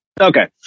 Okay